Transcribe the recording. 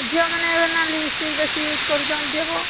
ଝିଅମାନେ ଏବେ ନାଲି ଲିପିସ୍ଟିକ ବେଶୀ ୟୁଜ କରୁଛନ୍ ଦେବ